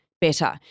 better